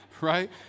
right